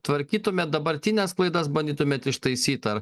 tvarkytumėt dabartines klaidas bandytumėt ištaisyt ar